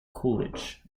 coolidge